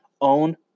own